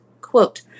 Quote